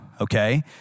Okay